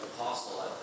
apostle